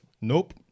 Nope